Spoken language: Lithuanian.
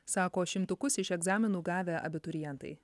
sako šimtukus iš egzaminų gavę abiturientai